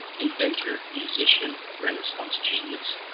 inventor, musician, renaissance genius,